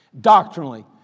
doctrinally